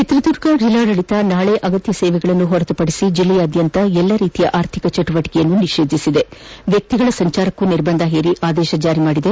ಚಿತ್ರದುರ್ಗ ಜಿಲ್ಲಾಡಳಿತ ನಾಳೆ ಅಗತ್ಯ ಸೇವೆಗಳನ್ನು ಹೊರತುಪಡಿಸಿ ಜಿಲ್ಲೆಯಾದ್ಯಂತ ಎಲ್ಲಾ ರೀತಿಯ ಆರ್ಥಿಕ ಚಟುವಟಿಕೆ ನಿಷೇಧಿಸಿದೆ ವ್ಯಕ್ತಿಗಳ ಸಂಚಾರಕ್ಕೂ ನಿರ್ಬಂಧ ಹೇರಿ ಆದೇಶ ಜಾರಿ ಮಾಡಿದೆ